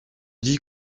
dit